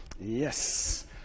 Yes